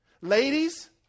Ladies